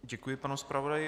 Děkuji panu zpravodaji.